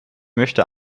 möchte